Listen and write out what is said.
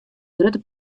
grutte